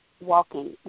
walking